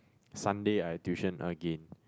Sunday I tuition again